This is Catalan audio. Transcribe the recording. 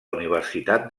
universitat